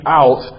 out